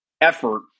effort